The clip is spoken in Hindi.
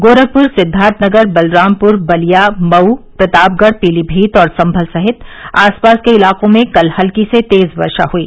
गोरखपुर सिद्दार्थनगर बलरामपुर बलिया मऊ प्रतापगढ़ पीलीभीत और सम्भल समेत आसपास के इलाकों में कल हल्की से तेज वर्षा हुई